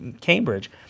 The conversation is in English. Cambridge